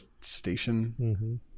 station